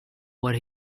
what